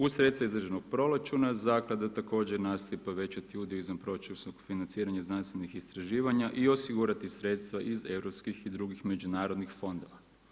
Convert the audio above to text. U sredstvima iz državnog proračuna, zaklade također nastoje povećati dio izvanproračunskog financiranja znanstvenih istraživanja i osigurati sredstva iz europskih i drugih međunarodnih fondova.